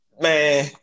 Man